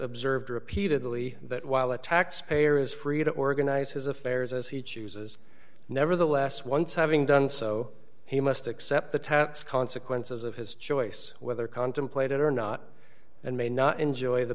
observed repeatedly that while a taxpayer is free to organize his affairs as he chooses nevertheless once having done so he must accept the tax consequences of his choice whether contemplated or not and may not enjoy the